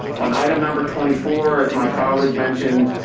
on item number twenty four, as my colleague mentioned,